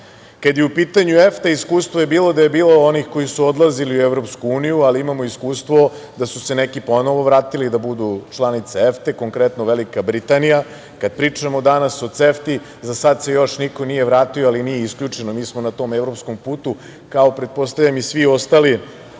je u pitanju EFTA, iskustvo je bilo da je bilo onih koji su odlazili u Evropsku uniju, ali imamo i iskustvo da su se neki ponovo vratili da budu članice EFTA, konkretno Velika Britanija. Kada pričamo danas o CEFTA, za sada se još niko nije vratio, ali nije isključeno. Mi smo na tom evropskom putu, kao pretpostavljam i sve ostale